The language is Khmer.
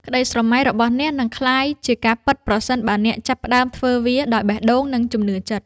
ក្ដីស្រមៃរបស់អ្នកនឹងក្លាយជាការពិតប្រសិនបើអ្នកចាប់ផ្ដើមធ្វើវាដោយបេះដូង និង ជំនឿចិត្ត។